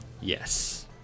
Yes